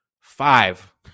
five